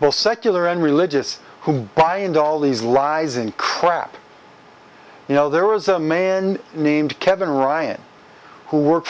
will secular and religious who buy into all these lies and crap you know there was a man named kevin ryan who work